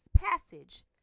passage